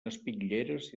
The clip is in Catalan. espitlleres